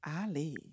Ali